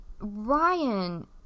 Ryan